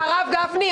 הרב גפני,